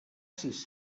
sis